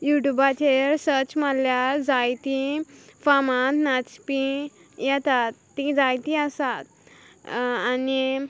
युटुबाचेर सर्च माल्ल्यार जायतीं फामाद नाचपी येतात तीं जायतीं आसात आनी